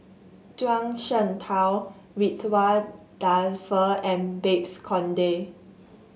Zhuang Shengtao Ridzwan Dzafir and Babes Conde